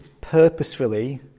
purposefully